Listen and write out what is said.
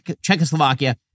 Czechoslovakia